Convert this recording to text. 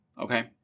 okay